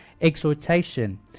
Exhortation